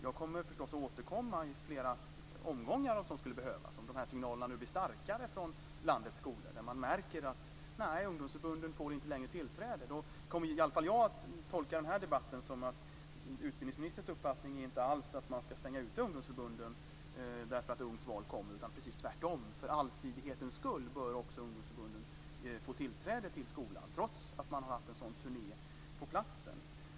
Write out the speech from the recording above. Jag kommer förstås att återkomma, i flera omgångar om så skulle behövas, om de här signalerna nu blir starkare från landets skolor. Om vi märker att ungdomsförbunden inte längre får tillträde kommer i alla fall jag att tolka den här debatten som att utbildningsministerns uppfattning inte alls är att man ska stänga ute ungdomsförbunden för att Ungt val kommer utan precis tvärtom: För allsidighetens skull bör också ungdomsförbunden få tillträde till skolan, trots att man har haft en sådan här turné på platsen.